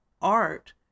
art